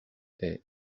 est